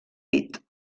pit